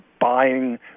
buying